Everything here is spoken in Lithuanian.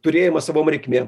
turėjimą savom reikmė